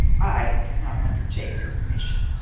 i cannot undertake your commission.